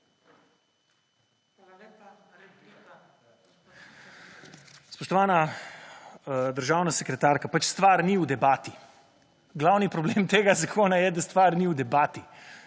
Spoštovana državna sekretarka, pač stvar ni v debati. Glavni problem tega zakona je, da stvar ni v debati,